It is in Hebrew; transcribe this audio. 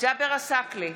ג'אבר עסאקלה,